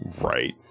Right